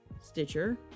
Stitcher